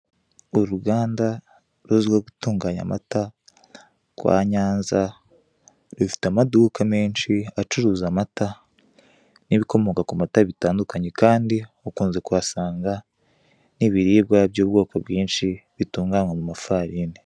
Uruganda ruzwiho gutunganya amata rwa Nyanza, rufite amaduka menshi acuruza amata n'ibikomoka ku mata bitandukanye kandi ukunze kuhasanga n'ibiribwa by'ubwoko bwinshi bitunganwa mu mafarini.